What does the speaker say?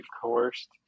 coerced